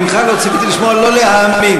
ממך לא ציפיתי לשמוע "לא להאמין".